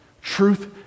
Truth